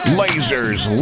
lasers